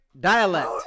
dialect